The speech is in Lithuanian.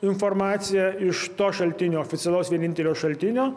informacija iš to šaltinio oficialaus vienintelio šaltinio